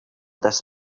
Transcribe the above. this